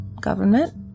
government